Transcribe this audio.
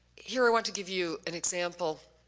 here i want to give you an example